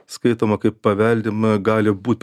skaitoma kaip paveldima gali būt